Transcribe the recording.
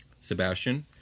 Sebastian